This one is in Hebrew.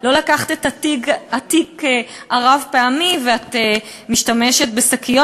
לא לקחת את התיק הרב-פעמי ואת משתמשת בשקיות